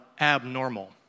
abnormal